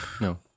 No